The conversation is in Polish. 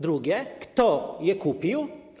Drugie: Kto je kupił?